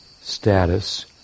status